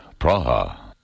Praha